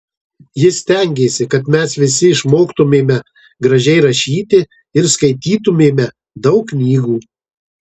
ji stengėsi kad mes visi išmoktumėme gražiai rašyti ir skaitytumėme daug knygų